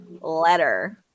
letter